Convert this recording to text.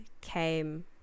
came